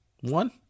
One